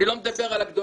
אני לא מדבר על הגדולה,